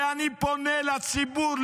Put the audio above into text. ואני פונה לציבור,